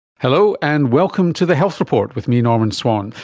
hello, and welcome to the health report with me, norman swan.